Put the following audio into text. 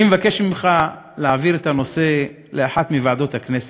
אני מבקש ממך להעביר את הנושא לאחת מוועדות הכנסת.